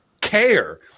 care